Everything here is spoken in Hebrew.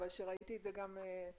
ראיתי את זה גם בבית,